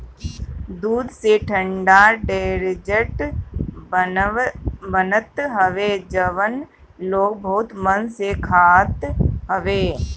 दूध से ठंडा डेजर्ट बनत हवे जवन लोग बहुते मन से खात हवे